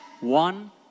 one